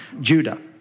Judah